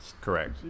Correct